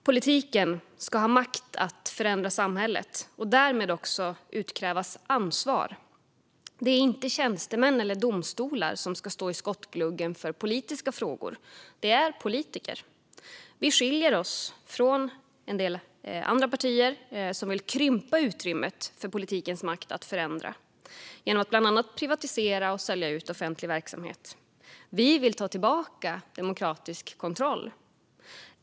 Politiken ska ha makt att förändra samhället, och därmed ska också ansvar kunna utkrävas. Det är inte tjänstemän eller domstolar som ska stå i skottgluggen i politiska frågor; det är politiker. Vi skiljer oss från en del andra partier som vill krympa utrymmet för politikens makt att förändra genom att bland annat privatisera och sälja ut offentlig verksamhet. Vi vill ta tillbaka demokratisk kontroll.